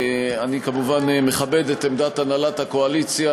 אני כמובן מכבד את עמדת הנהלת הקואליציה,